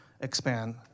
expand